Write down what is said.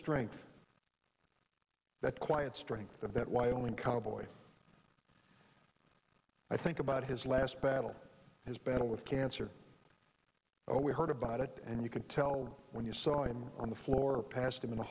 strength that quiet strength of that wyoming cowboy i think about his last battle his battle with cancer but we heard about it and you could tell when you saw him on the floor past him in the